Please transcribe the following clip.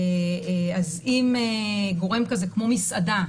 אז אם גורם כזה כמו מסעדה,